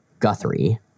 Guthrie